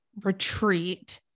Retreat